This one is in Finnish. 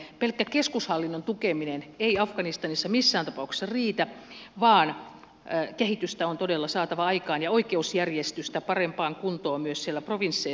pelkkä keskushallinnon tukeminen ei afganistanissa missään tapauksessa riitä vaan kehitystä on todella saatava aikaan ja oikeusjärjestystä parempaan kuntoon myös siellä provinsseissa